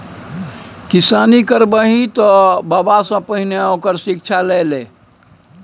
किसानी करबही तँ बबासँ पहिने ओकर शिक्षा ल लए